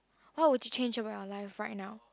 what would you change about your life right now